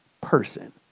person